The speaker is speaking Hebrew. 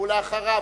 ואחריו,